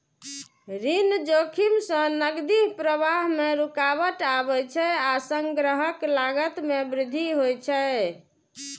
ऋण जोखिम सं नकदी प्रवाह मे रुकावट आबै छै आ संग्रहक लागत मे वृद्धि होइ छै